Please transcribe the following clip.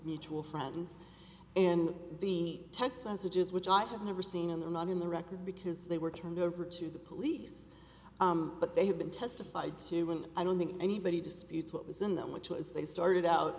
mutual friends in the text messages which i have never seen in the not in the record because they were turned over to the police but they have been testified to and i don't think anybody disputes what was in them which was they started out